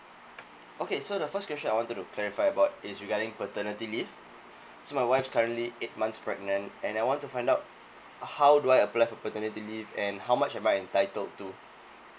okay so the first question I want to clarify about is regarding paternity leave so my wife's currently eight months pregnant and I want to find out how do I apply for paternity leave and how much am I entitled to